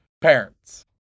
parents